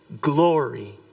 glory